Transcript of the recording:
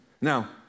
Now